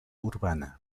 urbana